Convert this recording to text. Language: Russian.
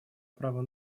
право